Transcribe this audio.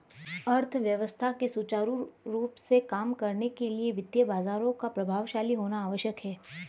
अर्थव्यवस्था के सुचारू रूप से काम करने के लिए वित्तीय बाजारों का प्रभावशाली होना आवश्यक है